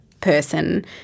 person –